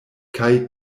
kaj